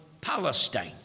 Palestine